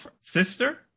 Sister